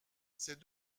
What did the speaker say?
ces